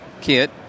kit